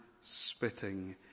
spitting